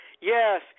Yes